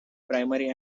primary